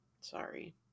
Sorry